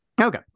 okay